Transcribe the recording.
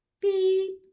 Beep